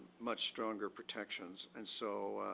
much stronger protections and so